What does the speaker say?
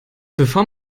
bevor